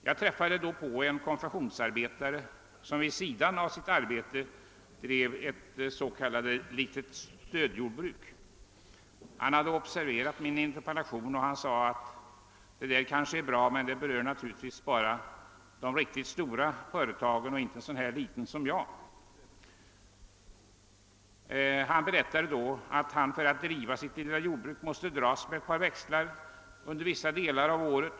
Jag träffade då en konfektionsarbetare som vid sidan om sitt arbete driver ett litet s.k. stödjordbruk. Han hade observerat min interpellation, och han sade, att det där är kanske bra, men det berör naturligtvis bara de riktigt stora företagen och inte en så liten företagare som jag. Han berättade att han för att driva sitt lilla jordbruk måste dragas med ett par växlar under vissa delar av året.